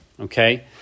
okay